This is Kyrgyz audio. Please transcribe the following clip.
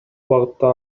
багытта